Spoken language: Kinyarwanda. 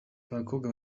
abakobwa